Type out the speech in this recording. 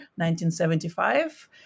1975